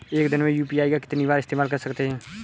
एक दिन में यू.पी.आई का कितनी बार इस्तेमाल कर सकते हैं?